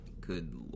Good